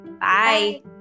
Bye